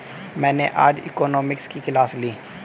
मैंने आज इकोनॉमिक्स की क्लास ली